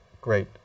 great